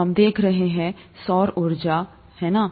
हम देख रहे हैं सौर ऊर्जा है ना